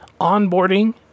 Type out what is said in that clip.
onboarding